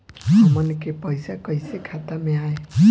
हमन के पईसा कइसे खाता में आय?